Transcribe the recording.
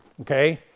Okay